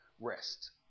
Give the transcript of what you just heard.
rest